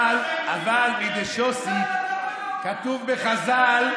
אבל כתוב בחז"ל,